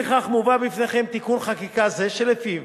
שלפיו